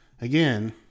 again